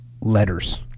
letters